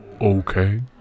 okay